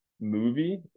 movie